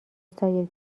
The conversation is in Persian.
سایر